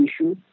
issue